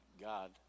God